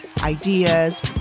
ideas